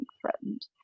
threatened